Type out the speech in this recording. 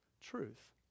truth